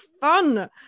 fun